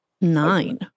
nine